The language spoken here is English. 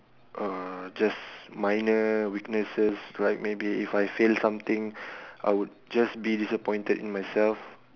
uh just minor weaknesses like maybe if I fail something I would just be disappointed in myself